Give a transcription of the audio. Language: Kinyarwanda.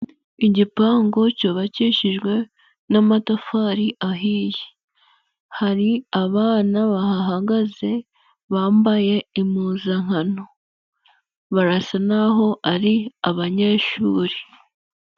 Igipangu cyubakishijwe n'amatafari ahiye, hari abana bahagaze bambaye impuzankano, barasa nk'aho ari abanyeshuri.